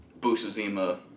Busuzima